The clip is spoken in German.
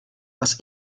was